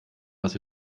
was